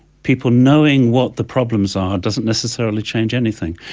people knowing what the problems are doesn't necessarily change anything.